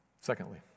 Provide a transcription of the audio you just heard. secondly